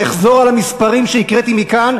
אחזור על המספרים שהקראתי מכאן,